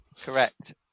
Correct